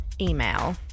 email